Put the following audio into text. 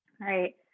right